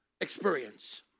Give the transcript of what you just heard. experience